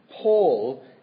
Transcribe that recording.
Paul